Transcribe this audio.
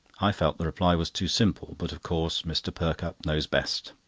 i felt the reply was too simple but of course mr. perkupp knows best.